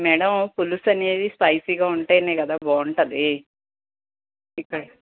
madam పులుసు అనేవి స్పైసీగా ఉంటేనే కదా బాగుంటుంది ఇక్కడ